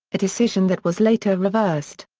a decision that was later reversed.